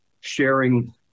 sharing